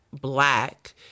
black